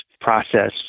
process